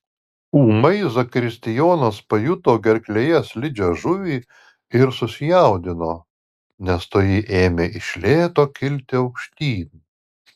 ūmai zakristijonas pajuto gerklėje slidžią žuvį ir susijaudino nes toji ėmė iš lėto kilti aukštyn